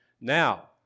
Now